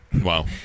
Wow